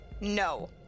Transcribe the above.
No